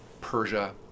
Persia